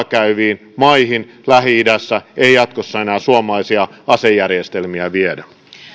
käyviin maihin lähi idässä ei jatkossa enää suomalaisia asejärjestelmiä viedä